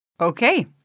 Okay